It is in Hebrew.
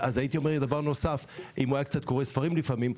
הייתי אומר דבר נוסף: אם הוא היה קצת קורא ספרים לפעמים,